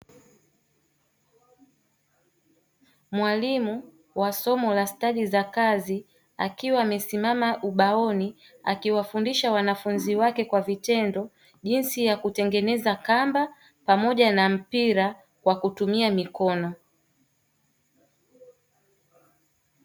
Mwalimu wa somo la stadi za kazi akiwa amesimama ubaoni akiwafundisha wanafunzi wake kwa vitendo jinsi ya kutengeneza kamba pamoja na mpira kwa kutumia mikono.